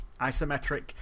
isometric